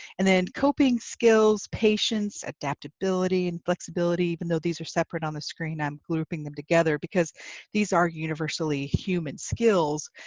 and then coping skills, skills, patience, adaptability, and flexibility even though these are separate on the screen i'm grouping them together because these are universally human skills,